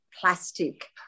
plastic